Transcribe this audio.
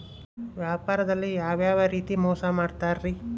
ವ್ಯಾಪಾರದಲ್ಲಿ ಯಾವ್ಯಾವ ರೇತಿ ಮೋಸ ಮಾಡ್ತಾರ್ರಿ?